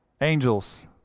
Angels